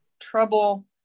trouble